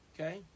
okay